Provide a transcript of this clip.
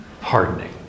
hardening